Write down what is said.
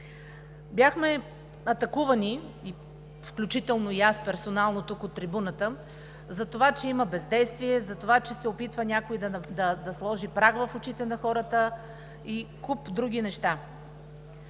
Бяхме атакувани, включително и аз персонално, тук, от трибуната, за това, че има бездействие, че някой се опитва да хвърли прах в очите на хората и куп други неща.